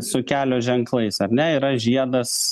su kelio ženklais ar ne yra žiedas